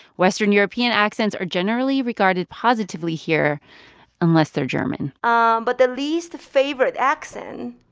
western european accents are generally regarded positively here unless they're german um but the least-favorite accent,